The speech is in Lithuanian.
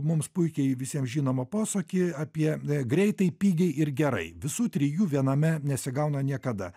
mums puikiai visiem žinomą posakį apie greitai pigiai ir gerai visų trijų viename nesigauna niekada